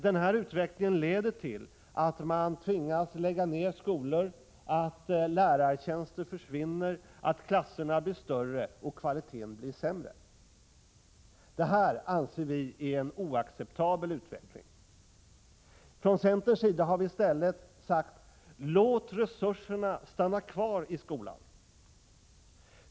Denna utveckling leder till att man tvingas lägga ned skolor, att lärartjänster försvinner, att klasserna blir större och att kvaliteten blir sämre. Detta anser vi är en oacceptabel utveckling. Vi i centern har sagt: Låt resurserna stanna kvar i skolan!